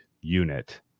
unit